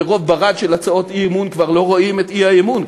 מרוב ברד של הצעות אי-אמון כבר לא רואים את האי-אמון,